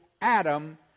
Adam